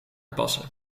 passen